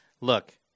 look